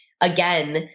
again